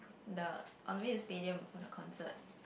the on the way to stadium for the concert